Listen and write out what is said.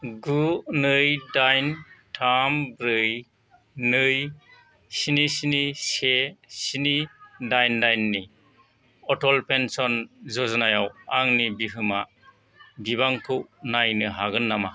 गु नै दाइन थाम ब्रै नै स्नि स्नि से स्नि दाइन दाइन नि अटल पेनसन यजनायाव आंनि बिहोमा बिबांखौ नायनो हागोन नामा